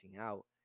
out